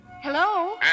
Hello